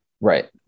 right